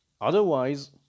otherwise